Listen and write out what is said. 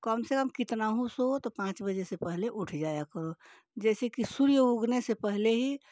कम से कम कितना हो सोओ तो पाँच बजे से पहले उठ जाया करो जैसे कि सूर्य उगने से पहले ही